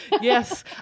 yes